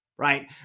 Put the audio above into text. Right